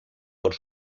por